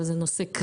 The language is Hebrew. אבל נושא קריטי,